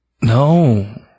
No